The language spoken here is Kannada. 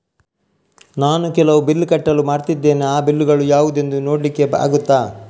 ನಾನು ಕೆಲವು ಬಿಲ್ ಕಟ್ಟಲು ಮರ್ತಿದ್ದೇನೆ, ಆ ಬಿಲ್ಲುಗಳು ಯಾವುದೆಂದು ನೋಡ್ಲಿಕ್ಕೆ ಆಗುತ್ತಾ?